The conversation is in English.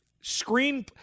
screen